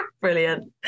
Brilliant